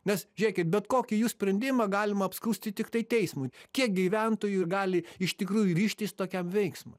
nes žiūrėkit bet kokį jų sprendimą galima apskųsti tiktai teismui kiek gyventojų gali iš tikrųjų ryžtis tokiam veiksmui